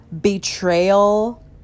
betrayal